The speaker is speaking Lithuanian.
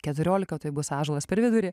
keturiolika tai bus ąžuolas per vidurį